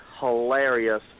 hilarious